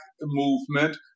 movement